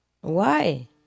Why